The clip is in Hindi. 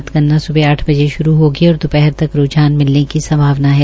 मतगणना स्बह आठ बजे श्रू होगी और दो हर तक रूझान मिलने की संभावना है